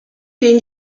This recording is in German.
den